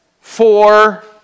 Four